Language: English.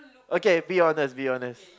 okay be honest be honest